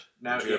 Now